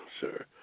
sir